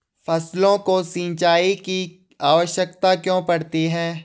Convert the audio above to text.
फसलों को सिंचाई की आवश्यकता क्यों पड़ती है?